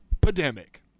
pandemic